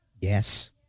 yes